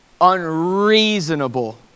unreasonable